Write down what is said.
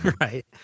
right